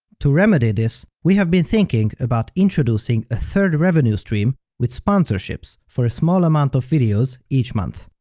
to remedy this, we have been thinking about introducing a third revenue stream with sponsorships for a small amount of videos each month.